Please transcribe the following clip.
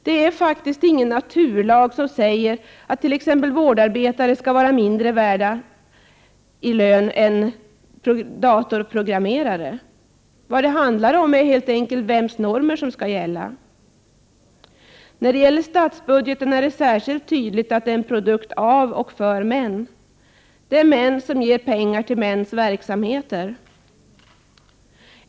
Det är faktiskt inte någon naturlag som säger att t.ex. vårdarbete skall vara mindre värt än datorprogrammering. Vad det handlar om är helt enkelt vems normer som skall gälla. När det gäller statsbudgeten vill jag säga att det är särskilt tydligt att just den är en produkt av och för män: Det är män som ger pengar till mäns verksamheter.